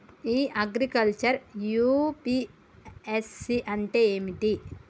ఇ agriculture UPSC అంటే ఏమిటి?